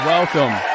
Welcome